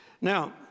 Now